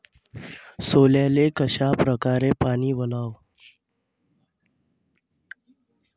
सोल्याले कशा परकारे पानी वलाव?